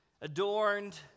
adorned